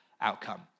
outcome